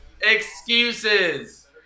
Excuses